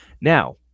Now